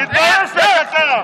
זאת שותפות?